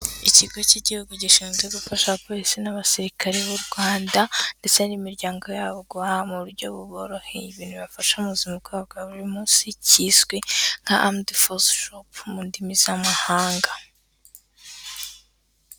Ikigo k'igihugu gishinzwe gufasha abapolisi n'abasirikare b'u Rwanda ndetse n'imiryango yabo mu buryo buboroheye, ibintu bifbasha mu buzima bwabo bwa buri munsi kizwi nka Armed Force Shop, mu ndimi z'amahanga.